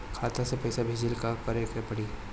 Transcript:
खाता से पैसा भेजे ला का करे के पड़ी?